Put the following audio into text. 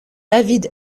david